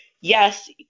yes